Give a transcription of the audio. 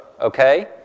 Okay